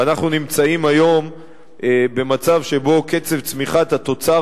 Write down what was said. ואנחנו נמצאים היום במצב שבו קצב צמיחת התוצר